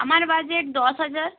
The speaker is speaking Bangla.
আমার বাজেট দশ হাজার